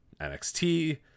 NXT